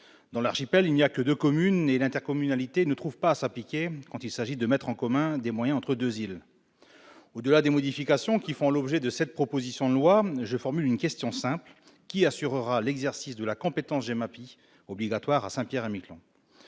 Dans l'archipel, il n'y a que deux communes, et l'intercommunalité ne trouve pas à s'appliquer quand il s'agit de mettre en commun des moyens entre deux îles. Au-delà des modifications qui font l'objet de cette proposition de loi, je formule une question simple : qui assurera l'exercice de la compétence GEMAPI, obligatoire à Saint-Pierre-et-Miquelon